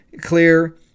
clear